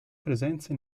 presenze